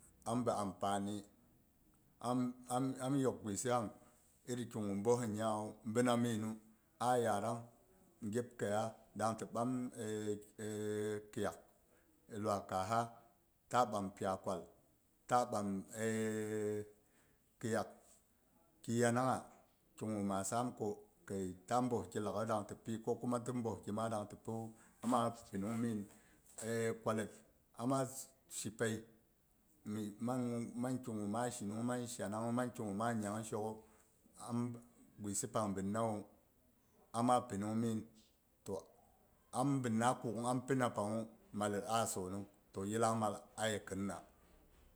Am bi ampani am am yok guisi pang iri ki gu boeh nyawu bina minu ayarang gep kaiya dang ti ɓam kiyak luwai kaaha ta ɓam piya kwal, ta ɓam kiyak ki yanangha ki gu ma sam ku kai ta boeh ki laaghaiyu dang ti pi ko kuma ti boeh ki ma dang ti pi ama pinung min aei kwallet amma shi pai mi mang ki gu ma a shimung mang shanang mang kigu maa nyang shokhu am guisi pang binnawu amma pinung min, to ambinna kuk ampima panghu mallet a sonong to yillangmal ayekma,